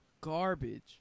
garbage